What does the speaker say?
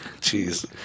Jeez